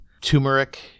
turmeric